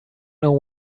know